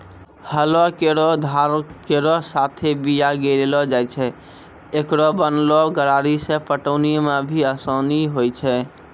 हलो केरो धार केरो साथें बीया गिरैलो जाय छै, एकरो बनलो गरारी सें पटौनी म भी आसानी होय छै?